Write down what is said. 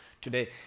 today